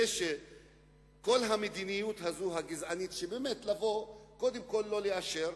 כל המדיניות הגזענית של לבוא וקודם כול לא לאשר,